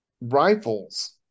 Rifles